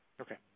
Okay